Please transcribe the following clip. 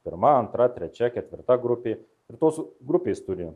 pirma antra trečia ketvirta grupė ir tos grupės turi